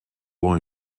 law